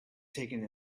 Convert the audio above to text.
taken